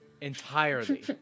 entirely